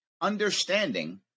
understanding